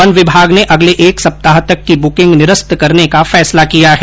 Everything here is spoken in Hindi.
वन विभाग ने अगले एक एप्ताह तक की बुकिंग निरस्त करने का फैसला किया है